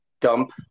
dump